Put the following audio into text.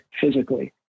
physically